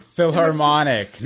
Philharmonic